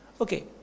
Okay